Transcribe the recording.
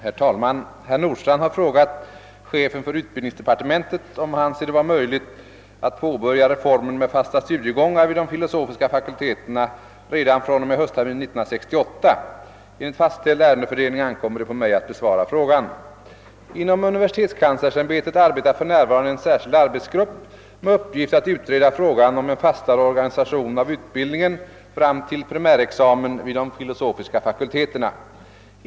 Herr talman! Herr Nordstrandh har frågat chefen för utbildningsdepartementet, om han anser det vara möjligt att påbörja reformen med fasta studiegångar vid de filosofiska fakulteterna redan från och med höstterminen 1968. Enligt fastställd ärendefördelning ankommer det på mig att besvara frågan. Inom universitetskanslersämbetet arbetar för närvarande en särskild arbetsgrupp med upppgift att utreda frågan om en fastare organisation av utbildningen fram till primärexamen vid de filosofiska fakulteterna.